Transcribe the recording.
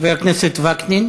זאת המציאות.